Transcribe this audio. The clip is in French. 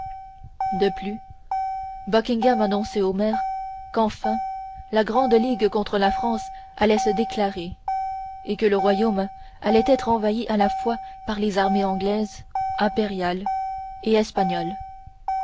de plus buckingham annonçait au maire qu'enfin la grande ligue contre la france allait se déclarer et que le royaume allait être envahi à la fois par les armées anglaises impériales et espagnoles